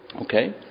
Okay